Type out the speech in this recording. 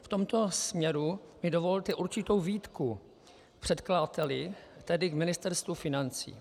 V tomto směru mi dovolte určitou výtku předkladateli, tedy k Ministerstvu financí.